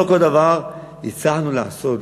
לא כל דבר הצלחנו לעשות,